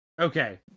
Okay